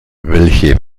welche